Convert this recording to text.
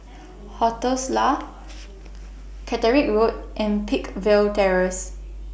hotels La Catterick Road and Peakville Terrace